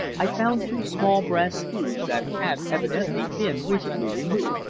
i found two small brass screws that had evidently been recently removed.